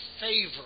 favor